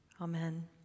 Amen